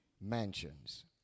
mansions